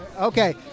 Okay